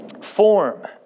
form